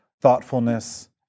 thoughtfulness